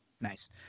Nice